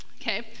okay